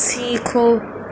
سیکھو